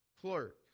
Clerk